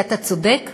אתה צודק,